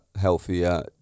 healthier